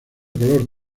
color